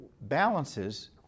balances